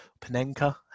panenka